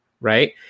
right